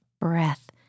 Breath